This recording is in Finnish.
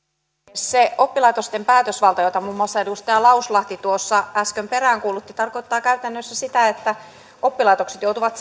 se oppilaitosten päätösvalta jota muun muassa edustaja lauslahti äsken peräänkuulutti tarkoittaa käytännössä sitä että oppilaitokset joutuvat